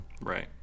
Right